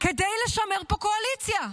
כדי לשמר פה קואליציה.